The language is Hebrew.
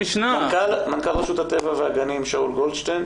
מנכ"ל רשות הטבע והגנים, שאול גולדשטיין.